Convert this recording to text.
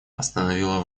остановило